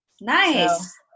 Nice